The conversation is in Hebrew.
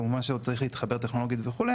כמובן שעוד צריך להתחבר טכנולוגית וכו',